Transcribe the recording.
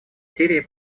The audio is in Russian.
сирии